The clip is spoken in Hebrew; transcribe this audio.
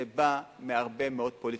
זה בא מהרבה מאוד פוליטיקה.